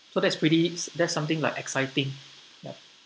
so that's pretty that's something like exciting